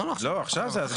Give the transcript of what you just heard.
עכשיו זה הזמן.